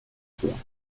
serres